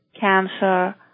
cancer